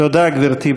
תודה, גברתי.